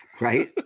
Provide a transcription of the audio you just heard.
Right